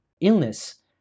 illness